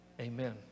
amen